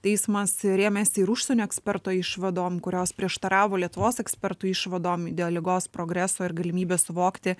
teismas rėmėsi ir užsienio eksperto išvadom kurios prieštaravo lietuvos ekspertų išvadom dėl ligos progreso ir galimybės suvokti